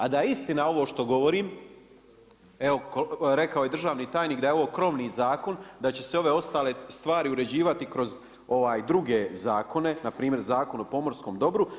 A da je istina ovo što govorim, evo rekao je državni tajnik da je ovo krovni zakon, da će se ove ostale stvari uređivati kroz ovaj druge zakone, npr. Zakon o pomorskom dobru.